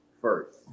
first